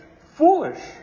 foolish